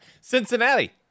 Cincinnati